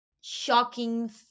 shocking